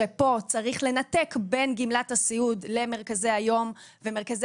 שפה צריך לנתק בין גמלת הסיעוד למרכזי היום ומרכזי